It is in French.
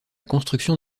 construction